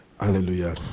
Hallelujah